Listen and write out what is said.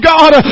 God